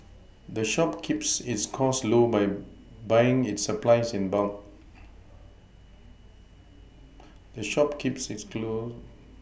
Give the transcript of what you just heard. the shop keeps its costs low by buying its supplies in bulk the shop keeps its